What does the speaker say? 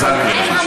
חזן, קריאה שלישית.